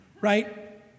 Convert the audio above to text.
Right